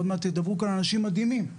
ועוד מעט ידברו כאן אנשים מדהימים.